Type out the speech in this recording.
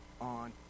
on